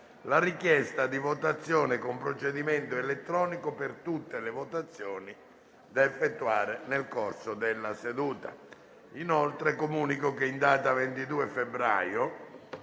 la richiesta di votazione con procedimento elettronico per tutte le votazioni da effettuare nel corso della seduta.